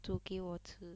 煮给我吃